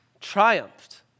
triumphed